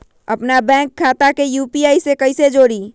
अपना बैंक खाता के यू.पी.आई से कईसे जोड़ी?